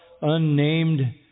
unnamed